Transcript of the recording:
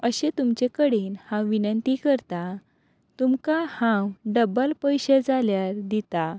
अशें तुमचे कडेन हांव विनंती करतां तुमकां हांव डबल पयशे जाल्यार दितां